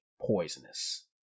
poisonous